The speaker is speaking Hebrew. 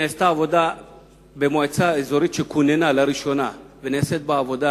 נעשתה עבודה במועצה אזורית שכוננה לראשונה ונעשית בה עבודה